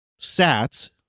Sats